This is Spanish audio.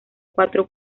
cuatro